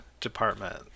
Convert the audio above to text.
department